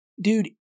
dude